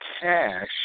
cash